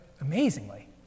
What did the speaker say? amazingly